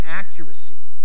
accuracy